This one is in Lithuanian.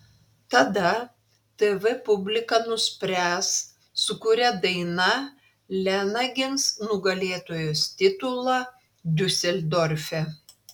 tada tv publika nuspręs su kuria daina lena gins nugalėtojos titulą diuseldorfe